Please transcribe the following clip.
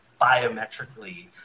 biometrically